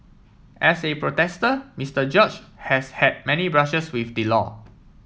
as a protester Mister George has had many brushes with the law